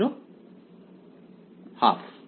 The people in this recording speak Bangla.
ছাত্র ½